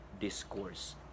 discourse